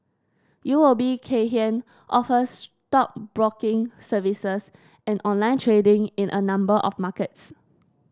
U O B Kay Hian offers stockbroking services and online trading in a number of markets